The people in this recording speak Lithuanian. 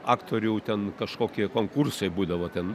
aktorių ten kažkokie konkursai būdavo ten